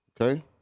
Okay